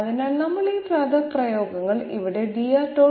അതിനാൽ നമ്മൾ ഈ പദപ്രയോഗങ്ങൾ ഇവിടെ dR